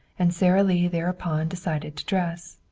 and sara lee thereupon decided to dress.